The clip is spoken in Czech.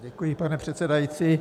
Děkuji, pane předsedající.